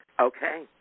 Okay